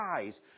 guys